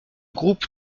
groupe